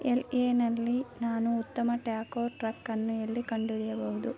L ಎನಲ್ಲಿ ನಾನು ಉತ್ತಮ ಟ್ಯಾಕೋ ಟ್ರಕನ್ನು ಎಲ್ಲಿ ಕಂಡುಹಿಡಿಯಬಹುದು